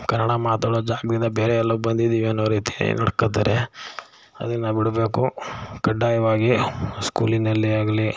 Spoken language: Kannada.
ಕನ್ನಡ ಮಾತಾಡೋ ಜಾಗದಿಂದ ಬೇರೆ ಎಲ್ಲೋ ಬಂದಿದ್ದೀವಿ ಅನ್ನೋ ರೀತಿ ನಡ್ಕೊಳ್ತಾರೆ ಅದನ್ನು ಬಿಡಬೇಕು ಕಡ್ಡಾಯವಾಗಿ ಸ್ಕೂಲಿನಲ್ಲಿ ಆಗಲಿ